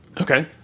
Okay